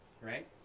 right